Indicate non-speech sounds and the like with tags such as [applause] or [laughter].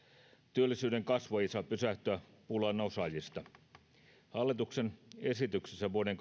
työllisyyden kasvu ei saa pysähtyä pulaan osaajista hallituksen esityksessä vuoden [unintelligible]